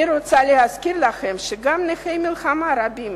אני רוצה להזכיר לכם שגם נכי מלחמה רבים